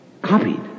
copied